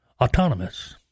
autonomous